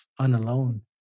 unalone